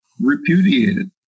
repudiated